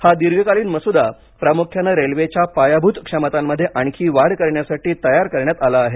हा दीर्घकालीन मसुदा प्रामुख्यानं रेल्वेच्या पायाभूत क्षमतांमध्ये आणखी वाढ करण्यासाठी तयार करण्यात आला आहे